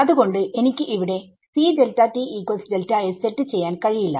അത്കൊണ്ട് എനിക്ക് ഇവിടെ സെറ്റ് ചെയ്യാൻ കഴിയില്ല